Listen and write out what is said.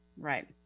Right